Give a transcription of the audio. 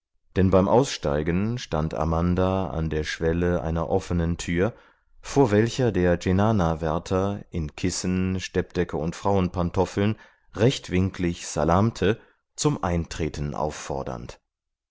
denn beim aussteigen stand amanda an der schwelle einer offenen tür vor welcher der cenanawärter in kissen steppdecke und frauenpantoffeln rechtwinklig salamte zum eintreten auffordernd